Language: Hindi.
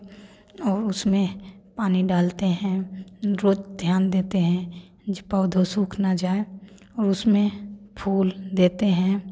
और उसमें पानी डालते हैं रोज ध्यान देते हैं पौधे सूख न जाएँ और उसमें फूल देते हैं